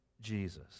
Jesus